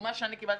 הדוגמה שקיבלתי,